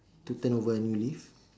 to turn over a new leaf